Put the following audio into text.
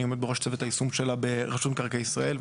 אני עומד בראש צוות היישום שלה ברשות מקרקעי ישראל,